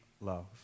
love